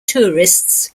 tourists